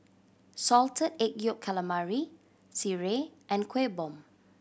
Salted Egg Yolk Calamari sireh and Kuih Bom